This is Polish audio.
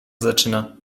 zaczyna